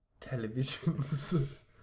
televisions